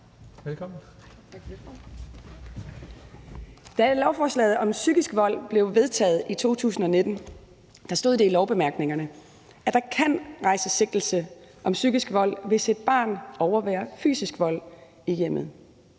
Da lovforslaget om psykisk vold blev vedtaget i 2019, stod det i lovbemærkningerne, at der kan rejses sigtelse om psykisk vold, hvis et barn overværer fysisk vold i hjemmet.